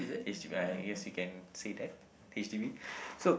h_d_b I guess you can say that h_d_b so